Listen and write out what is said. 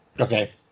Okay